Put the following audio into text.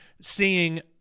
seeing